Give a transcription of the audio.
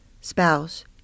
spouse